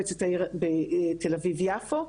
אביב-יפו.